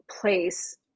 place